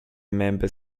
member